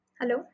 Hello